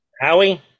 Howie